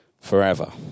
forever